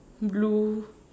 blue